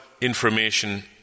Information